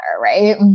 Right